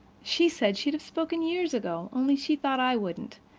she said she'd have spoken years ago, only she thought i wouldn't.